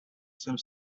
some